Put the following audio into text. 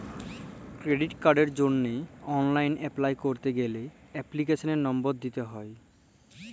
credit কার্ডের জন্হে online apply ক্যরতে গ্যালে এপ্লিকেশনের লম্বর দিত্যে হ্যয়